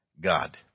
God